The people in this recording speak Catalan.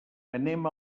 anem